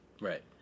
right